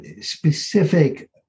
specific